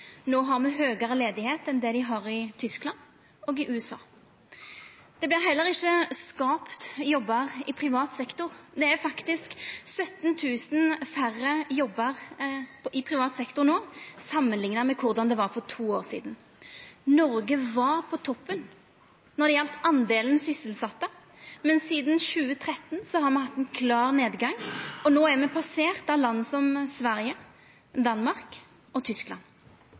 har me høgare arbeidsløyse enn dei har i Tyskland og i USA. Det vert heller ikkje skapt jobbar i privat sektor. Det er faktisk 17 000 færre jobbar i privat sektor no samanlikna med korleis det var for to år sidan. Noreg var på toppen når det gjaldt prosenten sysselsette, men sidan 2013 har me hatt ein klar nedgang, og no er me passerte av land som Sverige, Danmark og Tyskland.